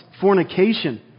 fornication